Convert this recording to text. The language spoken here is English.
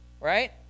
right